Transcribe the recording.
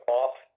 off